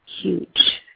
huge